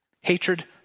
Hatred